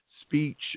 speech